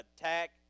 attack